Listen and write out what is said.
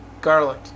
Garlic